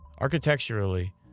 Architecturally